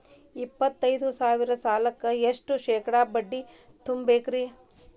ಎಪ್ಪತ್ತೈದು ಸಾವಿರ ಸಾಲಕ್ಕ ಎಷ್ಟ ಶೇಕಡಾ ಬಡ್ಡಿ ತುಂಬ ಬೇಕಾಕ್ತೈತ್ರಿ?